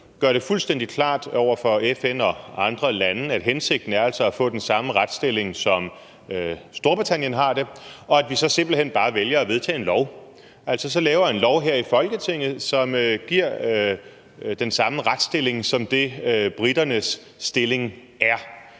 gør det fuldstændig klart over for FN og andre lande, at hensigten altså er at få den samme retsstilling, som Storbritannien har, og at vi så simpelt hen bare vælger at lave en lov? Altså så vi laver en lov her i Folketinget, som giver den samme retsstilling som den, briterne har.